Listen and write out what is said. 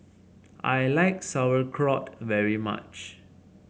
I like Sauerkraut very much